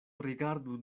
rigardu